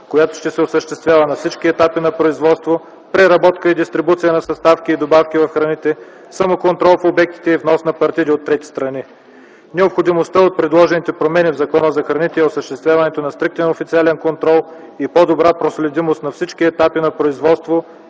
която ще се осъществява на всички етапи на производство, преработка и дистрибуция на съставки и добавки в храните; самоконтрол в обектите и внос на партиди от трети страни. Необходимостта от предложените промени в Закона за храните е осъществяването на стриктен официален контрол и по-добра проследимост на всички етапи на производство